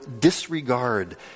disregard